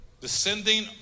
descending